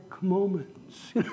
moments